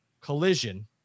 Collision